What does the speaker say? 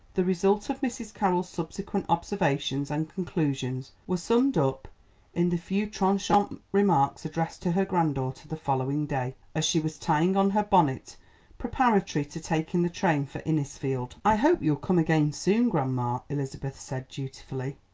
the result of mrs. carroll's subsequent observations and conclusions were summed up in the few trenchant remarks addressed to her granddaughter the following day, as she was tying on her bonnet preparatory to taking the train for innisfield. i hope you'll come again soon, grandma, elizabeth said dutifully.